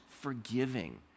forgiving